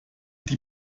die